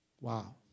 Wow